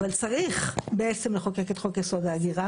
צריך בעצם לחוקק את חוק יסוד: ההגירה,